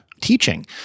teaching